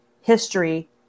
history